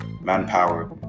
manpower